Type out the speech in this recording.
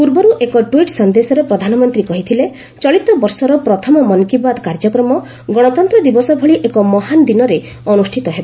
ପୂର୍ବରୁ ଏକ ଟ୍ୱିଟ୍ ସନ୍ଦେଶରେ ପ୍ରଧାନମନ୍ତ୍ରୀ କହିଥିଲେ ଚଳିତ ବର୍ଷର ପ୍ରଥମ ମନ୍ କୀ ବାତ୍ କାର୍ଯ୍ୟକ୍ରମ ଗଣତନ୍ତ୍ର ଦିବସ ଭଳି ଏକ ମହାନ୍ ଦିନରେ ଅନୁଷ୍ଠିତ ହେବ